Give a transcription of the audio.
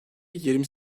yirmi